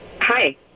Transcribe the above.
Hi